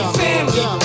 family